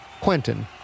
Quentin